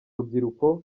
rubyiruko